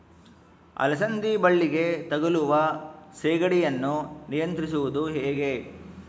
ಅಲಸಂದಿ ಬಳ್ಳಿಗೆ ತಗುಲುವ ಸೇಗಡಿ ಯನ್ನು ನಿಯಂತ್ರಿಸುವುದು ಹೇಗೆ?